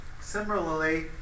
Similarly